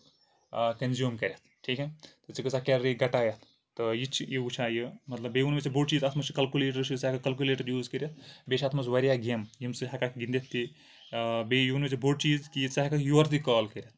consume کَریتھ ٹھیٖک چھا تہٕ ژےٚ کۭژہ کیلری گَٹایتھ یہِ تہِ چھُ وٕچھان یہِ مطلب بیٚیہِ وونُے ژےٚ مےٚ بوٚڑ چیٖز اکھ اَتھ منٛز چھُ کیلکولیٹر چھُ ژٕ ہٮ۪کھ ہکھ کیلکولیٹر یوٗز کٔرِتھ بیٚیہِ چھِ اَتھ منٛز واریاہ گیمہٕ یِم ژٕ ہٮ۪کھ ہکھ گنٛدِتھ تہِ بیٚیہِ یہِ وۄنُے ژےٚ بوٚڑ چیٖز کہِ ژٕ ہٮ۪کہکھ یورٕ تہِ کال کٔرِتھ